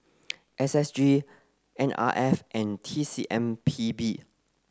S S G N R F and T C M P B